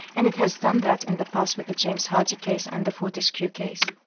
and it has done that in the past with the james hardie case and the fortescue case.